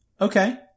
Okay